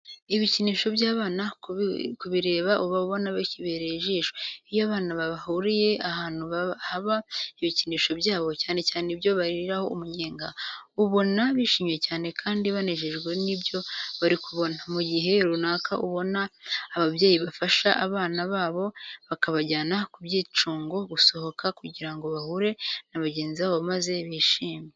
Ibikinisho by'abana kubireba uba ubona bibereye ijisho. Iyo abana bahuriye ahantu haba ibikinisho byabo, cyane cyane ibyo bariraho umunyenga, ubona bishimye cyane kandi banejejwe n'ibyo bari kubona. Mu gihe runaka ubona ababyeyi bafashe abana babo bakabajyana ku byicyungo gusohoka kugira ngo bahure na bagenzi babo maze bishime.